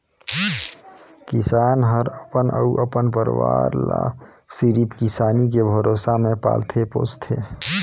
किसान हर अपन अउ अपन परवार ले सिरिफ किसानी के भरोसा मे पालथे पोसथे